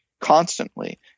constantly